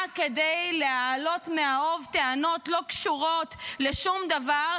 רק כדי להעלות מהאוב טענות לא קשורות לשום דבר,